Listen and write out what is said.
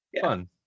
Fun